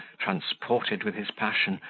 transported with his passion,